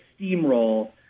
steamroll